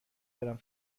برم